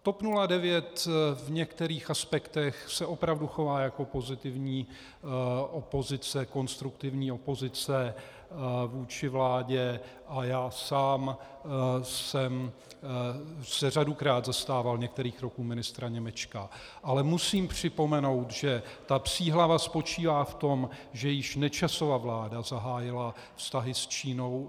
TOP 09 v některých aspektech se opravdu chová jako pozitivní opozice, konstruktivní opozice vůči vládě, a já sám jsem se řadukrát zastával některých kroků ministra Němečka, ale musím připomenout, že ta psí hlava spočívá v tom, že již Nečasova vláda zahájila vztahy s Čínou.